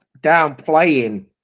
downplaying